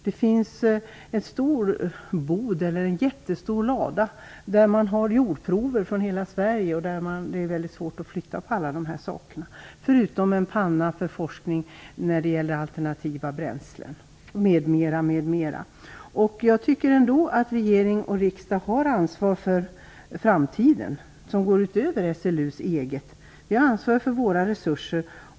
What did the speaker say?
Det finns en jättestor lada, där man har jordprover från hela Sverige. Det är väldigt svårt att flytta på allt detta. Dessutom finns en panna för forskning om alternativa bränslen, m.m. Jag tycker att regering och riksdag har ett ansvar för framtiden, som går utöver SLU:s eget. Vi har ansvar för våra resurser.